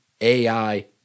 AI